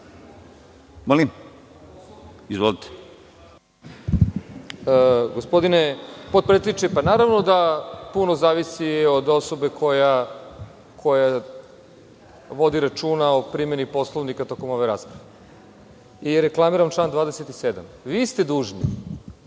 Jovanović** Gospodine potpredsedniče, naravno da puno zavisi od osobe koja vodi računa o primeni Poslovnika tokom ove rasprave. Reklamiram član 27. Vi ste dužni